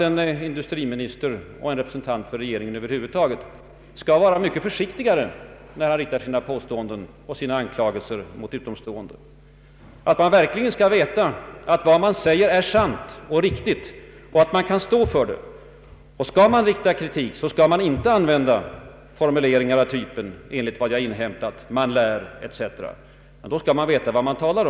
En industriminister, eller en representant för regeringen över huvud taget, måste därför vara mycket försiktigare när han riktar beskyllningar mot utomstående. Vederbörande måste veta vad han säger att det är sant och riktigt och att han kan stå för det. Och skall han rikta kritik, får han inte använda formuleringar som ”enligt vad jag inhämtat”, ”man lär” etc. Då skall han själv kunna stå för vad han säger.